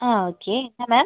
ആ ഓക്കെ ആ മാം